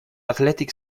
athletic